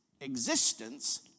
existence